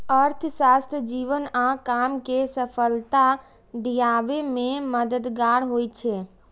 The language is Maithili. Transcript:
अर्थशास्त्र जीवन आ काम कें सफलता दियाबे मे मददगार होइ छै